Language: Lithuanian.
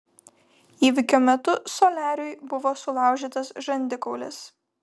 įvykio metu soliariui buvo sulaužytas žandikaulis